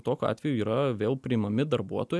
tokiu atveju yra vėl priimami darbuotojai